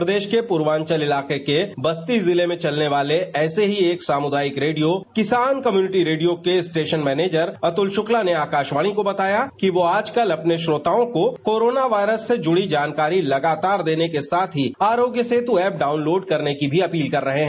प्रदेश के पूर्वाचल इलाके के बस्ती जिले में चलने वाले ऐसे ही एक सामुदायिक रेडियो किसान कम्युनिटी रेडियो के स्टेशन मैनेजर अतुल शुक्ला ने आकाशवाणी को बताया कि वो आजकल अपने श्रोताओं को कोरोना वायरस से जुड़ी जानकारी लगातार देने को साथ ही आरोग्य सेतु एप डाउनलोड करने की भी अपील कर रहे हैं